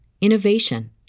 innovation